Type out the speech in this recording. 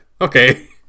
Okay